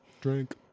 Drink